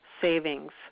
savings